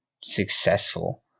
successful